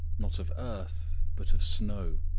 not of earth, but of snow.